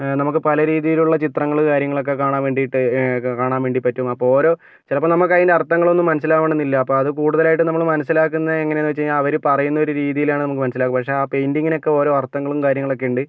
നമുക്ക് പല രീതിയിലുള്ള ചിത്രങ്ങൾ കാര്യങ്ങളൊക്കെ കാണാൻ വേണ്ടിയിട്ട് കാണാൻ വേണ്ടി പറ്റും അപ്പോൾ ഓരോ ചിലപ്പോൾ നമുക്ക് അതിൻ്റെ അർത്ഥങ്ങൾ ഒന്നും മനസിലാവണമെന്നില്ല അപ്പോൾ അത് നമ്മൾ കൂടുതലായിട്ട് മനസിലാകുന്നതെങ്ങനെയെന്ന് വെച്ചുകഴിഞ്ഞാൽ അവർ പറയുന്ന ഒരു രീതിയിലാണ് നമുക്ക് മനസിലാകൂ പക്ഷെ ആ പെയ്ന്റിങ്ങിനൊക്കെ ഓരോ അർത്ഥങ്ങളും കാര്യങ്ങളൊക്കെ ഉണ്ട്